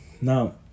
now